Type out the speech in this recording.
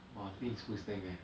!wah! the thing is who's tanking